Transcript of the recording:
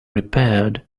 repaired